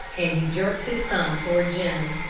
and he jerked his thumb toward jim.